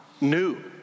New